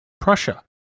Prussia